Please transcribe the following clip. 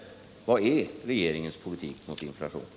Vilken är regeringens politik mot inflationen?